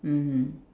mm